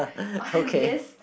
on this